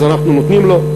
אז אנחנו נותנים לו,